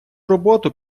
роботу